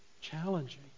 challenging